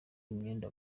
imyenda